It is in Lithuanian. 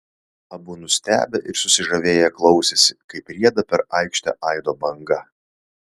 abu nustebę ir susižavėję klausėsi kaip rieda per aikštę aido banga